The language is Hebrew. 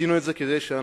עשינו את זה כדי שאנחנו